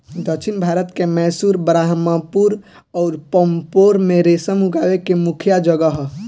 दक्षिण भारत के मैसूर, बरहामपुर अउर पांपोर में रेशम उगावे के मुख्या जगह ह